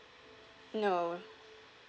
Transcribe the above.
no